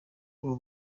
ubu